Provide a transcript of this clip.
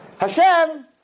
Hashem